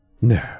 No